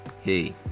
Hey